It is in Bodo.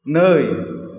नै